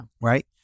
Right